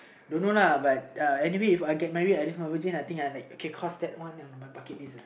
don't know lah but uh anyway If I get married I lose my virgin lah I think I like cross that one on my bucket list uh